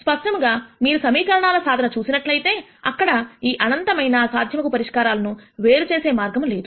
స్పష్టముగా మీరు సమీకరణాల ఈ సాధన చూసినట్లయితే అక్కడ ఈ అనంతమైన సాధ్యమగు పరిష్కారాలను వేరుచేసే మార్గము లేదు